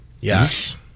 Yes